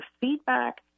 feedback